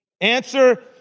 Answer